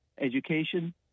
education